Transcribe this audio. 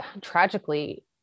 tragically